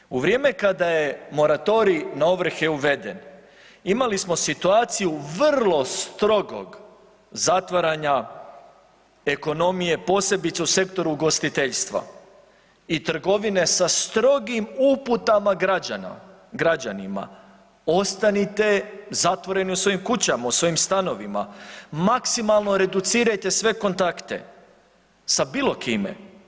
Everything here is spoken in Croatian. Nadalje, u vrijeme kada je moratorij na ovrhe uveden imali smo situaciju vrlo strogog zatvaranja ekonomije, posebice u sektoru ugostiteljstva i trgovine sa strogim uputama građanima, ostanite zatvoreni u svojim kućama, u svojim stanovima maksimalno reducirajte sve kontakte sa bilo kime.